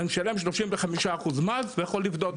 אני משלם 35% מס ויכול לפדות.